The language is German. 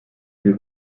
wir